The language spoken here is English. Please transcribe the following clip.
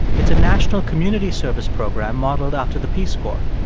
it's a national community service program modeled after the peace corps.